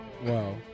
Wow